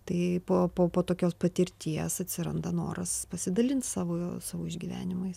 tai po po tokios patirties atsiranda noras pasidalint savo savo išgyvenimais